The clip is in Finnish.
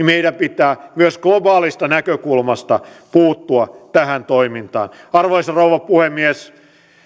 meidän pitää myös globaalista näkökulmasta puuttua tähän toimintaan arvoisa rouva puhemies